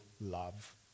love